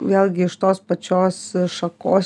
vėlgi iš tos pačios šakos